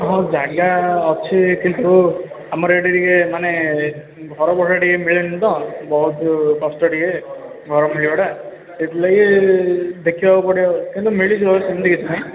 ହଁ ଜାଗା ଅଛି କିନ୍ତୁ ଆମର ଏଇଠି ଟିକେ ମାନେ ଘର ଭଡ଼ା ଟିକେ ମିଳେନି ତ ବହୁତ କଷ୍ଟ ଟିକେ ଘର ମିଳିବାଟା ଏଇଥିଲାଗି ଦେଖିବାକୁ ପଡ଼ିବ କିନ୍ତୁ ମିଳିଯିବ ସେମିତି କିଛି ନାହିଁ